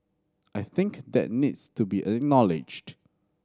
I think that needs to be acknowledged